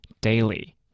daily